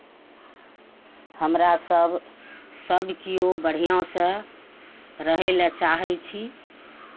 हमरा सभ सभ किओ बढ़िआँसँ रहय लए चाहै छी